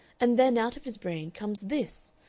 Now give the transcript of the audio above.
and then out of his brain comes this,